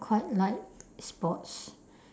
quite like sports